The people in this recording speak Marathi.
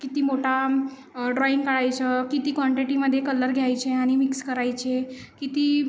किती मोठा ड्रॉइंग काढायचं किती क्वांटिटीमधे कलर घ्यायचे आणि मिक्स करायचे किती